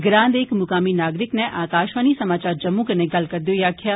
ग्रां दे इक मुकामी नागरिक नै आकाशवाणी समाचार जम्मू कन्नै गल्ल करदे होई आक्खेआ